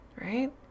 Right